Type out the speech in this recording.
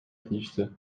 тийиштүү